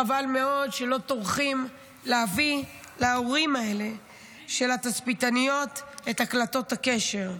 חבל מאוד שלא טורחים להביא להורים האלה של התצפיתניות את הקלטות הקשר.